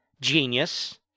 Genius